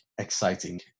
exciting